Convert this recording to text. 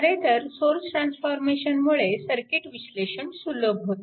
खरेतर सोर्स ट्रान्सफॉर्मेशनमुळे सर्किट विश्लेषण सुलभ होते